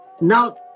Now